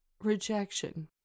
Rejection